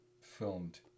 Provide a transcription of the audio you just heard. Filmed